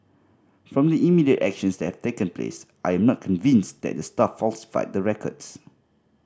from the immediate actions that have taken place I am not convinced that the staff falsified the records